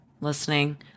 listening